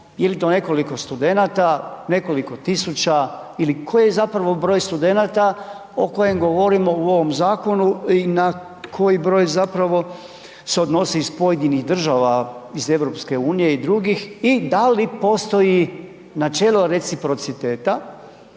je li to nekoliko studenata, nekoliko tisuća ili koji je zapravo broj studenata o kojem govorimo u ovom zakonu i na koji broj zapravo se odnosi iz pojedinih država iz EU i drugih i da li postoji načelo reciprociteta